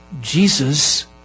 Jesus